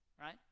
Right